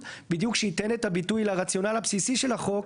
בדיוק שייתן את הביטוי לרציונל הבסיסי של החוק,